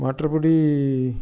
மற்றபடி